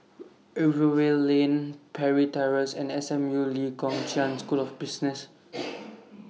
Rivervale Lane Parry Terrace and S M U Lee Kong Chian School of Business